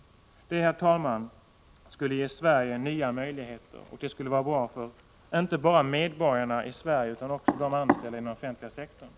Det skulle ge Sverige nya möjligheter, och det skulle vara bra inte bara för medborgarna i allmänhet utan också för de anställda inom den offentliga sektorn.